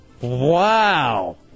Wow